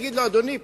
ולהגיד: אדוני,